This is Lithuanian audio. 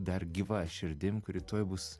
dar gyva širdim kuri tuoj bus